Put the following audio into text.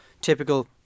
typical